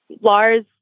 Lars